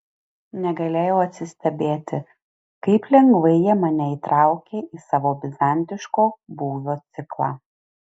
negalėjau atsistebėti kaip lengvai jie mane įtraukė į savo bizantiško būvio ciklą